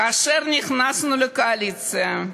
כאשר נכנסנו לקואליציה,